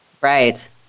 Right